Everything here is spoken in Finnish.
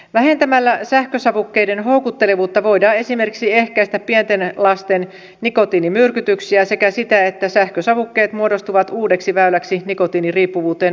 vähentämällä sähkösavukkeiden houkuttelevuutta voidaan esimerkiksi ehkäistä pienten lasten nikotiinimyrkytyksiä sekä sitä että sähkösavukkeet muodostuvat uudeksi väyläksi nikotiiniriippuvuuteen alaikäisille